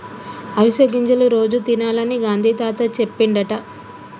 అవిసె గింజలు రోజు తినాలని గాంధీ తాత చెప్పిండట